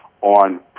on